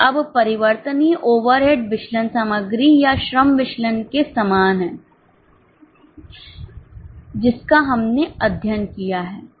अब परिवर्तनीय ओवरहेड विचलन सामग्री या श्रम विचलन के समान है जिसका हमने अध्ययन किया है